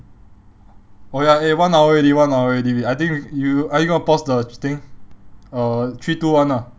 oh ya eh one hour already one hour already I think we you are you going to pause the thing uh three two one ah